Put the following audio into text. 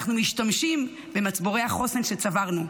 אנחנו משתמשים במצבורי החוסן שצברנו,